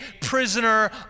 prisoner